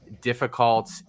difficult